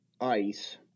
ice